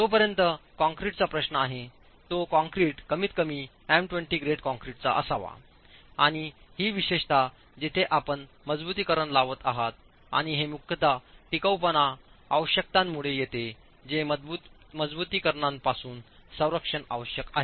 जोपर्यंत कॉंक्रिटचा प्रश्न आहे तो कॉंक्रीट कमीतकमी एम २० ग्रेड काँक्रीटचा असावा आणि ही विशेषत जिथे आपण मजबुतीकरण लावत आहात आणि हे मुख्यतः टिकाऊपणा आवश्यकतांमुळे येते जे मजबुतीकरणापासून संरक्षण आवश्यक आहे